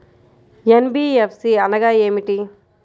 NBFC అనగా ఏమిటీ?